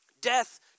Death